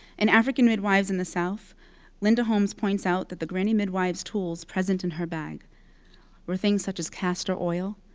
and african midwives in the south linda holmes points out that the granny midwives' tools present in her bag were things such as castor oil,